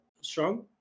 strong